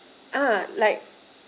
uh like